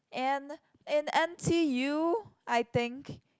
and in N_t_U I think